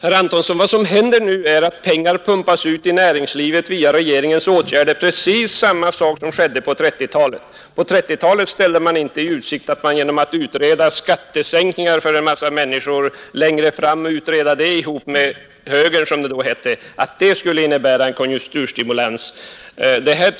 Herr talman! Vad som händer nu, herr Antonsson, är att pengar pumpas ut i näringslivet via regeringens åtgärder. Det är precis samma sak som skedde på 1930-talet. På 1930-talet ställde man inte i utsikt att man skulle stimulera konjunkturen genom att tillsammans med högern, som det då hette, utreda skattesänkningar för en massa människor längre fram.